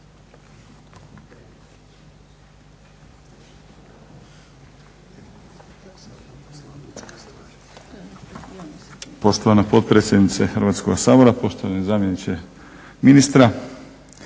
Poštovana potpredsjednice Hrvatskoga sabora, poštovani zamjeniče ministra.